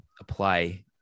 apply